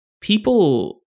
people